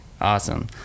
Awesome